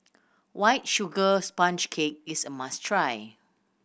White Sugar Sponge Cake is a must try